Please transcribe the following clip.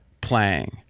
playing